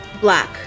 black